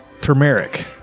Turmeric